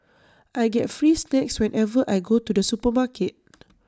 I get free snacks whenever I go to the supermarket